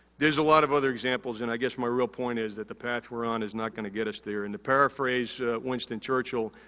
there's a lot of other examples and i guess my real point is that the path we're on is not gonna get us there. and, to paraphrase winston churchill,